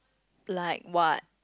like what